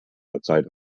outside